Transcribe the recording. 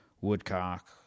woodcock